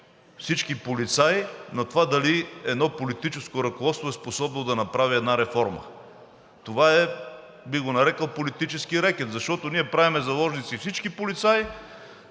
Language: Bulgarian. всички полицаи заложници на това дали едно политическо ръководство е способно да направи една реформа. Това бих го нарекъл политически рекет. Защото правим заложници всички полицаи